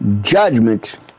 judgment